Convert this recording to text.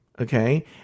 Okay